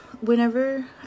Whenever